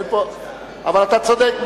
אבל אתה צודק,